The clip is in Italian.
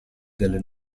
delle